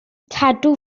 cadw